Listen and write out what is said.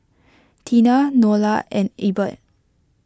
Teena Nola and Ebert